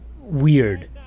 weird